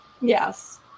yes